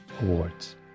Awards